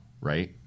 right